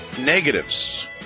negatives